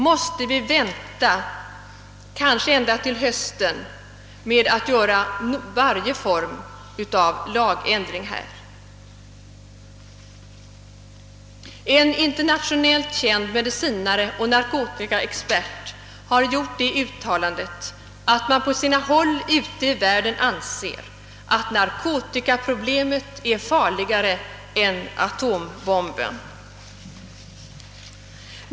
Måste vi vänta ända till hösten med att vidta varje form av lagändring på detta område? En internationelit känd medicinare och narkotikaexpert har uttalat, att man på sina håll ute i världen anser att narkotikaproblemet är farligare än atombomben.